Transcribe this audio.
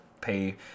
pay